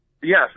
Yes